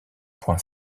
point